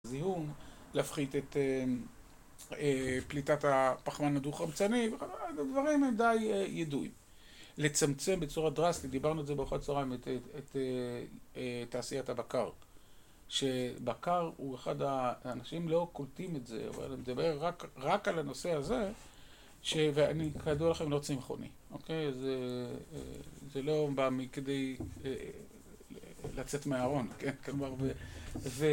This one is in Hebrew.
זיהום, להפחית את פליטת הפחמן הדו-חמצני, הדברים די ידועים. לצמצם בצורה דרסטית, דיברנו את זה בארוחת צוהריים, את... את תעשיית הבקר. שבקר הוא אחד ה... אנשים לא קולטים את זה, אבל אני מדבר רק... רק על הנושא הזה, ש... ואני כידוע לכם לא צמחוני, אוקיי? זה, זה לא בא מכדי לצאת מהארון, כן? כלומר, ב... ו...